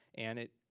and it,